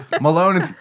Malone